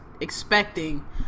expecting